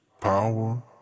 Power